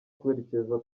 kwerekeza